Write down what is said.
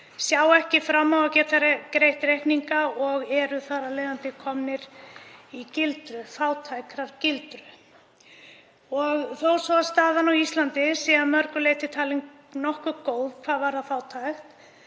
sjá ekki fram á að geta greitt reikninga og eru þar af leiðandi komnir í fátæktargildru. Þó svo að staðan á Íslandi sé að mörgu leyti talin nokkuð góð hvað varðar fátækt